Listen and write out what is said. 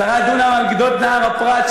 10 דונם על גדות נהר הפרת,